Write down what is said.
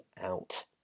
out